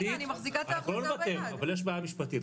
אנחנו לא נוותר אבל יש בעיה משפטית.